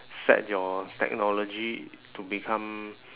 set your technology to become